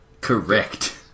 Correct